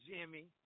Jimmy